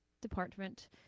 department